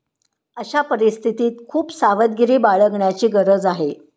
अशा परिस्थितीत खूप सावधगिरी बाळगण्याची गरज आहे